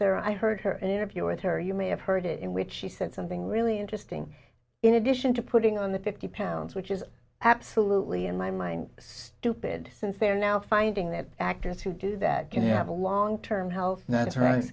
there i heard her interview with her you may have heard it in which she said something really interesting in addition to putting on the fifty pounds which is absolutely in my mind stupid since they are now finding that actors who do that can have a long term health no